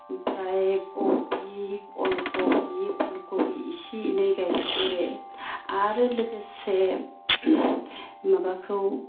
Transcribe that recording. ओमफ्राय खबि अलखबि फुल खबि इसे एनै गायफादेरो आरो लोगोसे माबाखौ